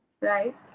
Right